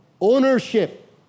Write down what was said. Ownership